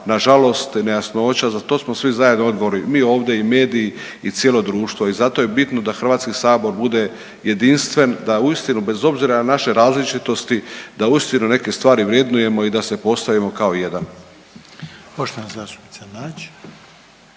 nažalost nejasnoća. Za to smo svi zajedno odgovorni, mi ovdje i mediji i cijelo društvo. I zato je bitno da Hrvatski sabor bude jedinstven da uistinu bez obzira na naše različitosti da uistinu neke stvari vrednujemo i da se postavimo kao jedan.